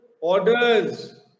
orders